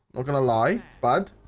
we're gonna lie bud.